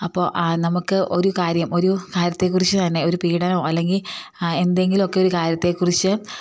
അപ്പോൾ നമുക്ക് ഒരു കാര്യം ഒരു കാര്യത്തെ കുറിച്ചു തന്നെ ഒരു പീഡനോ അല്ലെങ്കിൽ എന്തെങ്കിലുമൊക്കെ ഒരു കാര്യത്തെ കുറിച്ചു